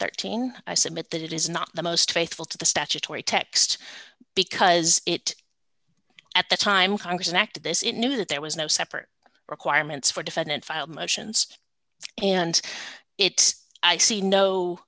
dollars i submit that it is not the most faithful to the statutory text because it at the time congress enacted this it knew that there was no separate requirements for defendant file motions and it's i see no